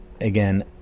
Again